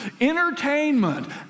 entertainment